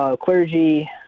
clergy